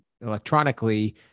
electronically